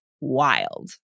wild